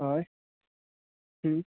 हय